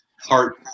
heart